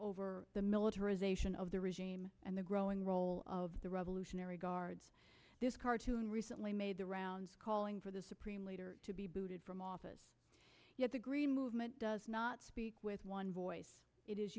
over the militarization of the regime and the growing role of the revolutionary guards this cartoon recently made the rounds calling for the supreme leader to be booted from office yet the green movement does not speak with one voice it is